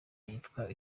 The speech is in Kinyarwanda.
yitwa